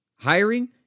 Hiring